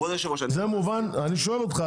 אני שואל אותך,